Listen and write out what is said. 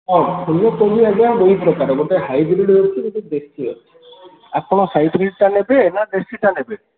ହଁ ଫୁଲକୋବି ଆଜ୍ଞା ଦୁଇ ପ୍ରକାରର ଗୋଟେ ହାଇବ୍ରିଡ଼୍ ଅଛି ଗୋଟେ ଦେଶୀ ଅଛି ଆପଣ ହାଇବ୍ରିଡ଼୍ଟା ନେବେ ନାଁ ଦେଶୀଟା ନେବେ